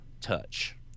touch